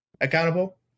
accountable